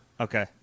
Okay